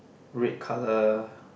red colour